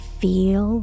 feel